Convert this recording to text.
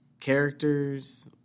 characters